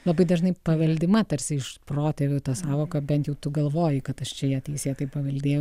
labai dažnai paveldima tarsi iš protėvių ta sąvoka bent jau tu galvoji kad aš čia ją teisėtai paveldėjau